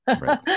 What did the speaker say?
right